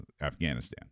Afghanistan